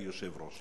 כיושב-ראש.